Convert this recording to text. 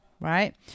right